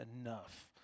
enough